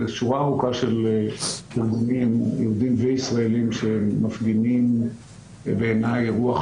שורה ארוכה של ארגונים יהודיים וישראלים שמפגינים בעיניי רוח